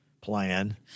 plan